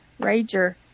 Rager